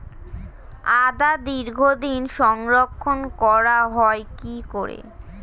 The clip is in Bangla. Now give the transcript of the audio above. আদা দীর্ঘদিন সংরক্ষণ করা হয় কি করে?